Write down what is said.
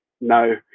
no